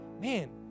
man